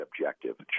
objective